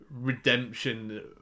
redemption